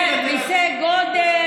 כן, מיסי גודש.